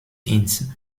ins